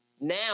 now